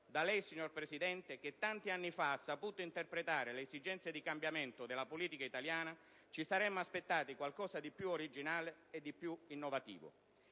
Da lei, signor Presidente, che tanti anni fa ha saputo interpretare le esigenze di cambiamento della politica italiana, ci saremmo aspettati qualcosa di più originale e innovativo.